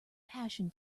passion